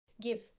give